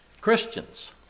Christians